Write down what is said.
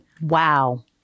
wow